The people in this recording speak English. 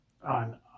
on